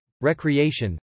recreation